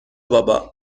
بابا